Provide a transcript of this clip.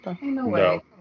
No